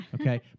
Okay